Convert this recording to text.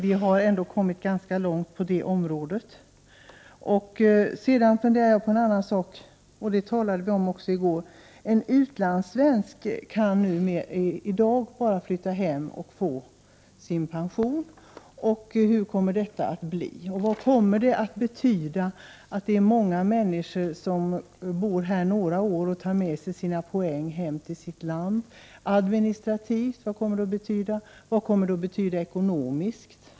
Vi har kommit ganska långt på det området. En utlandssvensk — detta talade vi också om i går — kan i dag bara flytta hem och få sin pension. Hur kommer det att bli därvidlag? Vad kommer det att betyda administrativt för de många människor som bor några år i Sverige och tar med sig sina poäng tillsitt land? Vad kommer det att betyda ekonomiskt?